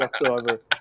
whatsoever